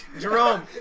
Jerome